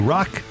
Rock